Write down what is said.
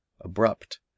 abrupt